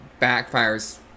backfires